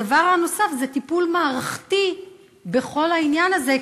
הדבר הנוסף הוא טיפול מערכתי בכל העניין הזה.